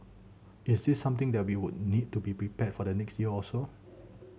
is this something that we would need to be prepared for the next year or so